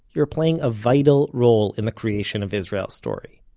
you're playing a vital role in the creation of israel story.